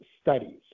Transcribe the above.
studies